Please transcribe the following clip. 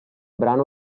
brano